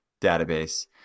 database